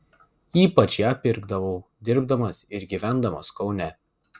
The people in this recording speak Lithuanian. ypač ją pirkdavau dirbdamas ir gyvendamas kaune